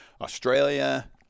Australia